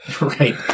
Right